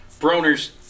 Broner's –